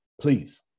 Please